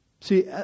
See